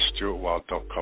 stuartwild.com